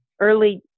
early